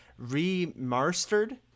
Remastered